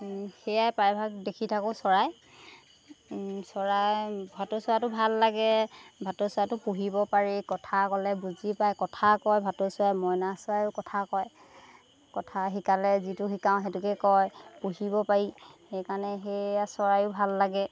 সেয়াই প্ৰায়ভাগ দেখি থাকোঁ চৰাই চৰাই ভাটৌ চৰাইটো ভাল লাগে ভাটৌ চৰাইটো পুহিব পাৰি কথা ক'লে বুজি পায় কথা কয় ভাটৌ চৰাই মইনা চৰাইয়ো কথা কয় কথা শিকালে যিটো শিকাওঁ সেইটোকে কয় পুহিব পাৰি সেইকাৰণে সেয়া চৰাইও ভাল লাগে